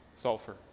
Sulfur